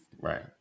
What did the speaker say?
Right